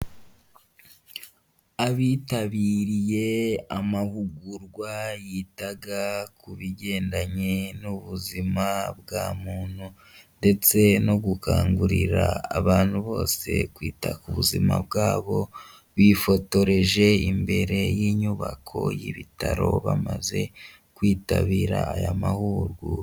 Abitabiriye amahugurwa yitaga ku bigendanye n'ubuzima bwa muntu, ndetse no gukangurira abantu bose kwita ku buzima bwabo, bifotoreje imbere y'inyubako y'ibitaro bamaze kwitabira aya mahugurwa.